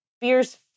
beer's